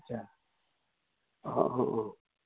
আচ্ছা অঁ অঁ অঁ